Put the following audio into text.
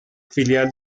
filial